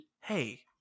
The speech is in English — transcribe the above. Hey